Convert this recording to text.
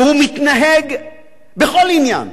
והוא מתנהג בכל עניין,